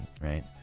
Right